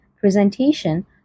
presentation